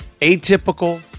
Atypical